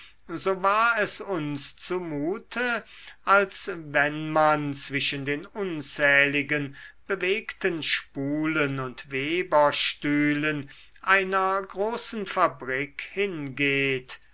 so war es uns zu mute als wenn man zwischen den unzähligen bewegten spulen und weberstühlen einer großen fabrik hingeht